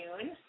June